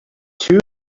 two